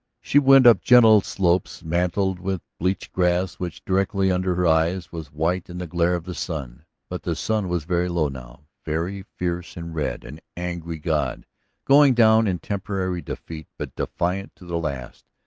she went up gentle slopes mantled with bleached grass which directly under her eyes was white in the glare of the sun. but the sun was very low now, very fierce and red, an angry god going down in temporary defeat, but defiant to the last,